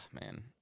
man